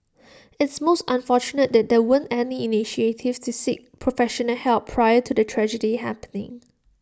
it's most unfortunate that there weren't any initiative to seek professional help prior to the tragedy happening